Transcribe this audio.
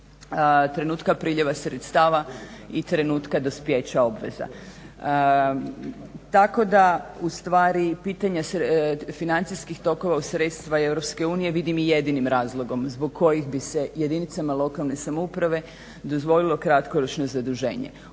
trenutka priljeva sredstava i trenutka dospijeća obveza. Tako da u stvari pitanja financijskih tokova uz sredstva EU vidim i jedinim razlogom zbog kojih bi se jedinicama lokalne samouprave dozvolilo kratkoročno zaduženje.